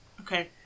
Okay